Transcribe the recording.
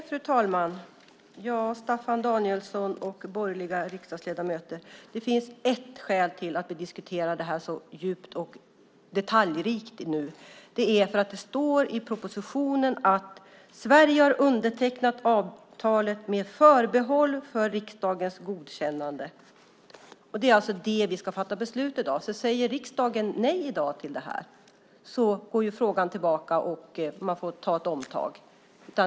Fru talman! Staffan Danielsson och övriga borgerliga riksdagsledamöter! Det finns ett skäl till att vi diskuterar detta så djupt och detaljrikt nu. Vi gör det därför att det står i propositionen att Sverige har undertecknat avtalet med förbehåll för riksdagens godkännande. Det är alltså det vi ska fatta beslut om i dag. Om riksdagen säger nej i dag går frågan tillbaka och man får ta ett omtag.